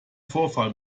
vorfall